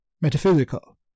metaphysical